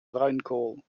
bruinkool